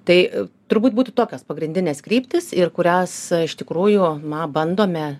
tai turbūt būtų tokios pagrindinės kryptys ir kurias iš tikrųjų na bandome